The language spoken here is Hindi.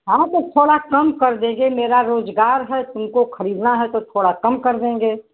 हाँ तो थोड़ा कम कर देंगे मेरा रोज़गार है तुमको खरीदना है तो थोड़ा कम कर देंगे